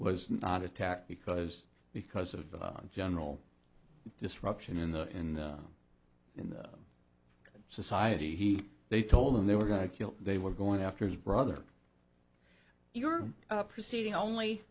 was not attacked because because of the general disruption in the in the in the society he they told them they were going to kill they were going after his brother you're proceeding only